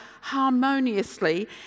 harmoniously